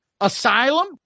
Asylum